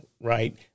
right